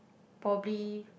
probably